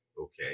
okay